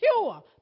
pure